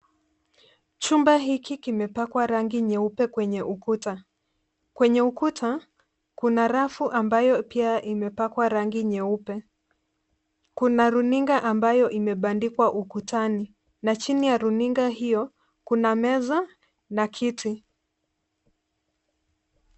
Chumba hiki kimepakwa rangi nyeupe kwenye ukuta. Kwenye ukuta kuna rafu ambayo pia imepakwa rangi nyeupe. Kuna runinga ambayo imebandikwa ukutani na chini ya runinga hio kuna meza na kiti.